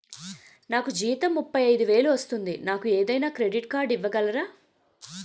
నాకు జీతం ముప్పై ఐదు వేలు వస్తుంది నాకు ఏదైనా క్రెడిట్ కార్డ్ ఇవ్వగలరా?